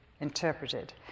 interpreted